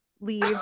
leave